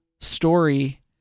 story